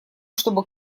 чтобы